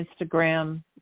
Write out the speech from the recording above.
Instagram